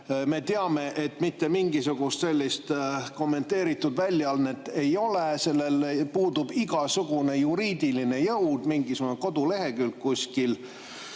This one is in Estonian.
Me teame, et mitte mingisugust sellist kommenteeritud väljaannet ei ole. Sellel puudub igasugune juriidiline jõud, on mingisugune kodulehekülg kuskil,